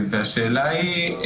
והשאלה היא,